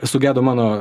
sugedo mano